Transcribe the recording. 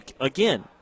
Again